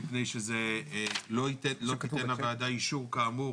מפני שכתוב - לא תיתן הוועדה אישור כאמור